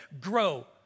grow